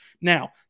Now